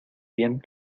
bien